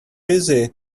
busy